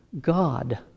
God